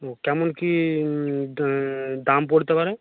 তো কেমন কী দাম পড়তে পারে